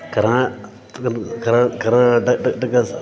करा कर्नाटकम्